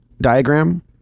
diagram